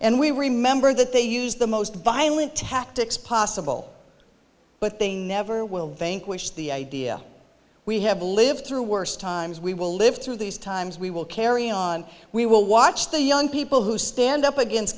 and we remember that they used the most violent tactics possible but they never will vanquish the idea we have lived through worse times we will live through these times we will carry on we will watch the young people who stand up against